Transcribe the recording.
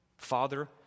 Father